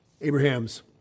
Abraham's